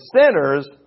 sinners